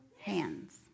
hands